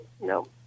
No